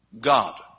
God